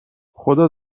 خدا